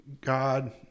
God